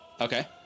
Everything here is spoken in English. Okay